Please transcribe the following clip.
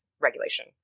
regulation